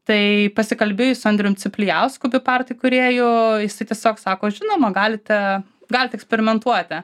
tai pasikalbėjus su andriumi ciplijausku beepart įkūrėju jisai tiesiog sako žinoma galite galite eksperimentuoti